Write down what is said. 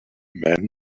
man